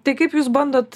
tai kaip jūs bandot